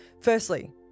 Firstly